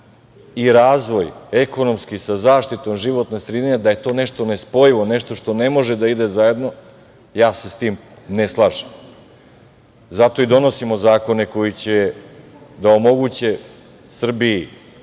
i razvoj ekonomski sa zaštitom životne sredine je nešto nespojivo, nešto što ne može da ide zajedno. Ja se s tim ne slažem. Zato i donosimo zakone koji će da omoguće Srbiji